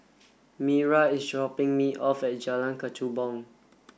Mira is dropping me off at Jalan Kechubong